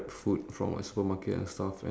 I don't know candy